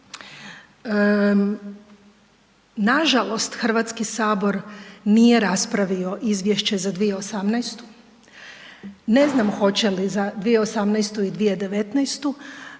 Nažalost, HS nije raspravio izvješće za 2018. Ne znam hoće li za 2018. i 2019.